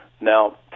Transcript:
Now